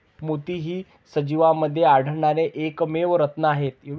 मोती हे सजीवांमध्ये आढळणारे एकमेव रत्न आहेत